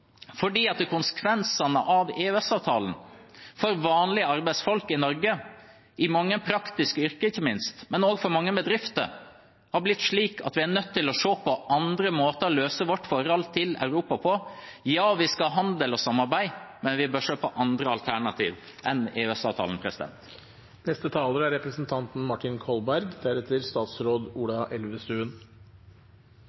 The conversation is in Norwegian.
konsekvensene av EØS-avtalen for vanlige arbeidsfolk i Norge, ikke minst i mange praktiske yrker, men også for mange bedrifter, har blitt slik at vi er nødt til å se på andre måter å løse vårt forhold til Europa på. Ja, vi skal ha handel og samarbeid, men vi bør se på andre alternativ enn EØS-avtalen. Tiden tillater ikke at jeg nå kommenterer det som representanten